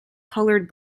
coloured